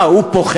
מה, הוא פוחד?